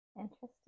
interesting